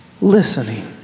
listening